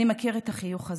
אני מכיר את החיוך הזה,